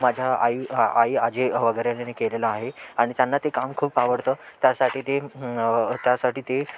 माझ्या आई आई आजी वगैरेनेनी केलेला आहे आणि त्यांना ते काम खूप आवडतं त्यासाठी ते त्यासाठी ते